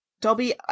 Dobby